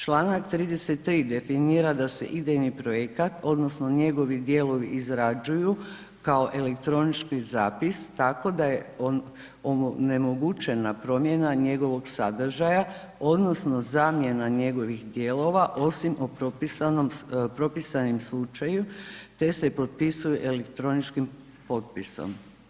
Čl. 33. definira da se idejni projekat odnosno njegovi dijelovi izrađuju kao elektronički zapis, tako da je onemogućena promjena njegovog sadržaja odnosno zamjena njegovih dijelova osim u propisanim slučaju, te se potpisuju elektroničkim potpisom.